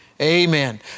Amen